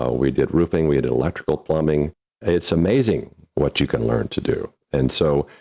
ah we did roofing, we did electrical plumbing it's amazing what you can learn to do. and so,